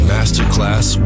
Masterclass